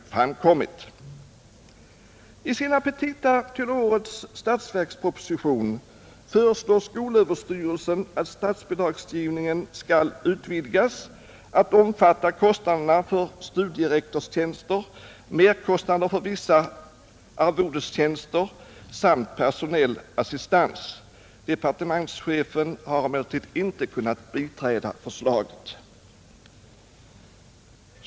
I sina petita till årets statsverksproposition föreslår skolöverstyrelsen att statsbidragsgivningen skall utvidgas att omfatta kostnaderna för studierektorstjänster, merkostnader för vissa arvodestjänster samt personell assistens. Departementschefen har emellertid inte kunnat biträda förslaget.